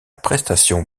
prestation